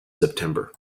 september